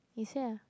you say ah